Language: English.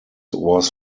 was